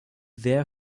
there